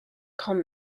grand